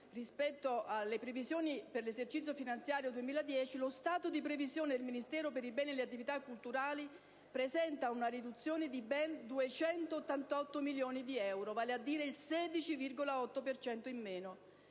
rispetto alle previsioni assestate per l'esercizio finanziario 2010, lo stato di previsione del Ministero per i beni e le attività culturali presenta una riduzione dì ben 288,9 milioni di euro (vale a dire il 16,8 per cento